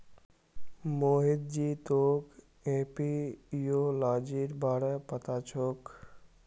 मोहित जी तोक एपियोलॉजीर बारे पता छोक